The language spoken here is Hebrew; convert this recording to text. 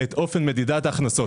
את אופן מדידת ההכנסות.